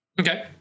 Okay